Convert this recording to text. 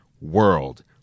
world